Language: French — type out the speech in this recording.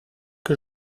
que